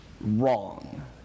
wrong